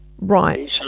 Right